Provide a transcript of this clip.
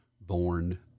born